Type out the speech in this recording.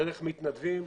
דרך מתנדבים,